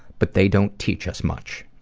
but they don't teach us much.